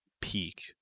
peak